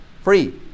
Free